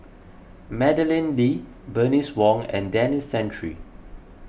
Madeleine Lee Bernice Wong and Denis Santry